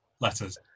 Letters